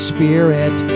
Spirit